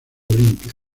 olimpia